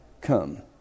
come